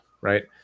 right